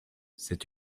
c’est